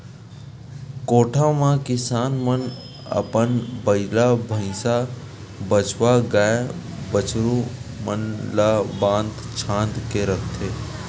कोठा म किसान मन अपन बइला, भइसा, बछवा, गाय, बछरू मन ल बांध छांद के रखथे